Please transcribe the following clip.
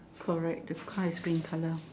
correct the car is green colour